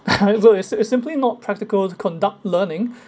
I know it's it's simply not practical to conduct learning